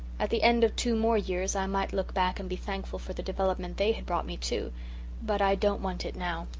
at the end of two more years i might look back and be thankful for the development they had brought me, too but i don't want it now.